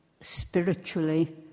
spiritually